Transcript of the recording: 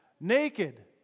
naked